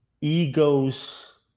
ego's